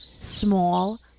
Small